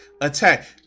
attack